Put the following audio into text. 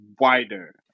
wider